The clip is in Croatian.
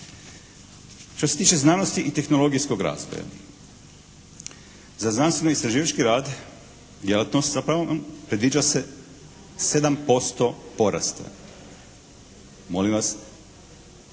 Što se tiče znanosti i tehnologijskog razvoja. Za znanstveno istraživački rad, djelatnost zapravo, predviđa se 7% porasta. Molim vas,